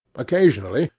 occasionally,